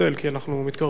כי אנחנו מתקרבים לסיום.